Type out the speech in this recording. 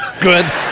Good